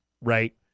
right